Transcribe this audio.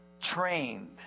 trained